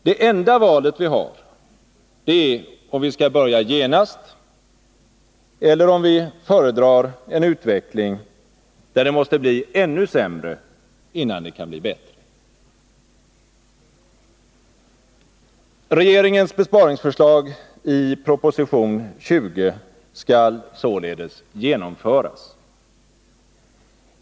Det enda valet vi har är om vi skall börja genast eller om vi föredrar en utveckling, där det måste bli ännu sämre, innan det kan bli bättre. Regeringens besparingsförslag i proposition 20 skall således genomföras.